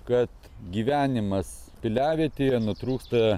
kad gyvenimas piliavietėje nutrūksta